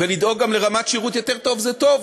ולדאוג גם לרמת שירות יותר טוב, זה טוב.